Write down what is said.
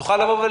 תוכל לומר: